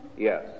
Yes